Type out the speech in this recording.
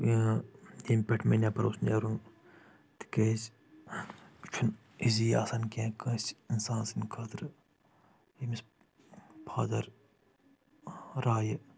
ییٚمہِ پٮ۪ٹھ مےٚ نٮ۪بر اوس نیرُن تِکیٛازِ یہِ چھُنہٕ ایٖزی آسان کینٛہہ کٲنٛسہِ انسان سٕنٛدِ خٲطرٕ ییٚمِس فادر رایہِ